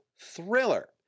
thriller